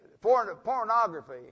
Pornography